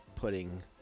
putting